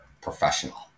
professional